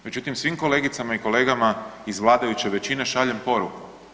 Međutim, svim kolegicama i kolegama iz vladajuće većine šaljem poruku.